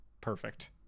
Perfect